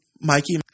Mikey –